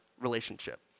relationship